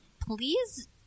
please